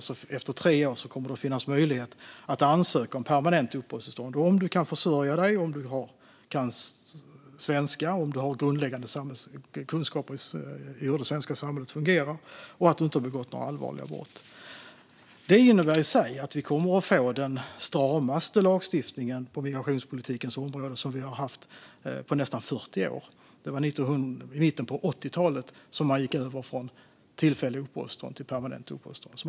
Efter tre år kommer det att finnas möjlighet att ansöka om permanent uppehållstillstånd om man kan försörja sig, om man kan svenska, om man har grundläggande kunskaper i hur det svenska samhället fungerar och om man inte har begått några allvarliga brott. Detta i sig innebär att vi kommer att få den stramaste lagstiftningen på migrationspolitikens område på nästan 40 år. Det var i mitten av 80-talet som man gick över från tillfälliga uppehållstillstånd till permanenta uppehållstillstånd.